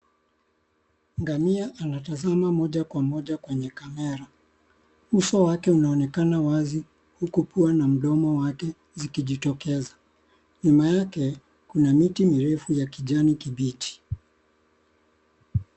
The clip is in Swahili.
Ngamia anatazama moja kwa moja kwenye kamera. Uso wake unaonekana wazi huku pua na mdomo wake zikijitokeza. Nyuma yake kuna miti mirefu ya kijani kibichi.